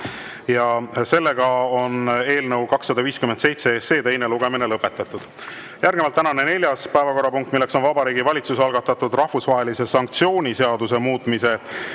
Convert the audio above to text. toetust. Eelnõu 257 teine lugemine on lõpetatud. Järgnevalt tänane neljas päevakorrapunkt, milleks on Vabariigi Valitsuse algatatud rahvusvahelise sanktsiooni seaduse muutmise